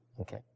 Okay